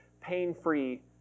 pain-free